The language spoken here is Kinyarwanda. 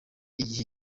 igihe